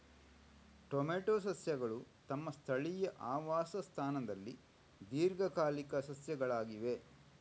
tomato ಸಸ್ಯಗಳು ತಮ್ಮ ಸ್ಥಳೀಯ ಆವಾಸ ಸ್ಥಾನದಲ್ಲಿ ದೀರ್ಘಕಾಲಿಕ ಸಸ್ಯಗಳಾಗಿವೆ